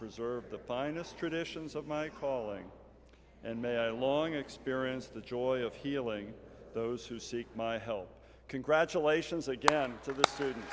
preserve the finest traditions of my calling and may i long experience the joy of healing those who seek my help congratulations again to the student